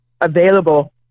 available